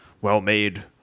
well-made